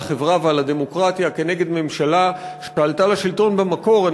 על החברה ועל הדמוקרטיה כנגד ממשלה שעלתה לשלטון במקור,